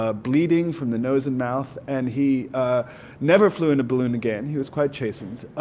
ah bleeding from the nose and mouth, and he never flew in a balloon again he was quite chastened.